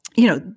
you know,